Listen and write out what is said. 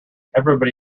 everybody